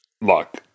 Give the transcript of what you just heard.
luck